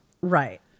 right